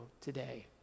today